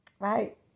Right